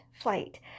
flight